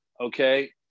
Okay